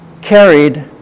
carried